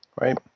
right